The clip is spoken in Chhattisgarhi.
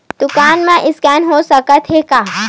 दुकान मा स्कैन हो सकत हे का?